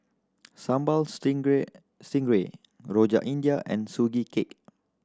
Sambal Stingray stingray Rojak India and Sugee Cake